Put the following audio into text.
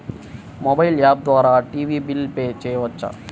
Mobile app ద్వారా TV bill pay చేయవచ్చా?